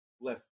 left